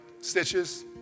stitches